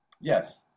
Yes